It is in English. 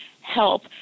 help